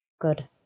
Good